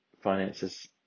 finances